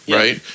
right